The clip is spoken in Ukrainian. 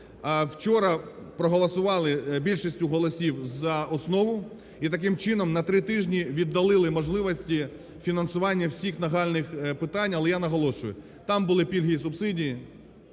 Вчора проголосували більшістю голосів за основу, і таким чином, на три тижні віддалили можливості фінансування всіх нагальних питань. Але я наголошую, там були пільги і субсидії,